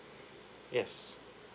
yes